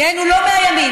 הוא לא מהימין.